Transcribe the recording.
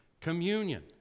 Communion